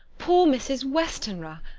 poor mrs. westenra!